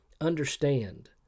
Understand